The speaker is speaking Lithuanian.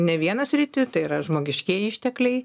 ne vieną sritį tai yra žmogiškieji ištekliai